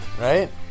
Right